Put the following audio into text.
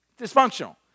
Dysfunctional